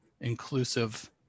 inclusive